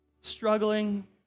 struggling